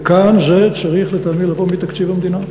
וכאן זה צריך לבוא מתקציב המדינה.